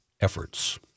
efforts